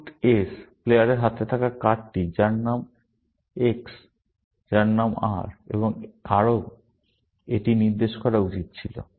sweet S প্লেয়ারের হাতে থাকা কার্ডটি যার নাম X এবং যার নাম R এবং কারও এটি নির্দেশ করা উচিত ছিল